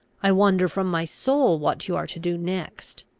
i wonder from my soul what you are to do next.